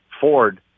Ford